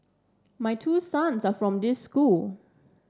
my two sons are from this school